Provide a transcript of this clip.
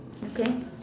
okay